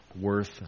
worth